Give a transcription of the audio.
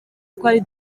twari